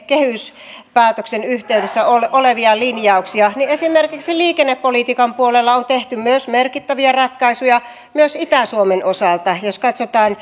kehyspäätöksen yhteydessä olevia linjauksia niin esimerkiksi liikennepolitiikan puolella on tehty myös merkittäviä ratkaisuja myös itä suomen osalta jos katsotaan